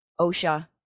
OSHA